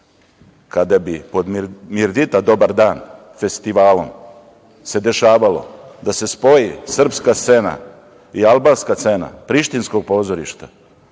Kada bi pod „Mirdita, dobar dan“ festivalom se dešavalo da se spoji srpska scena i albanska scena prištinskog pozorišta,